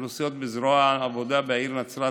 אוכלוסיות בזרוע העבודה בעיר נצרת,